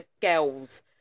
girls